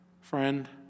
Friend